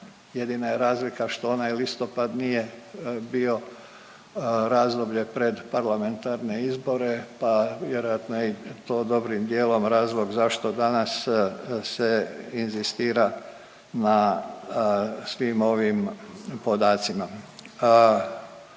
Jedina je razlika što onaj listopad nije bio razdoblje pred parlamentarne izbore pa vjerojatno je i to dobrim dijelom razlog zašto danas se inzistira na svim ovim podacima.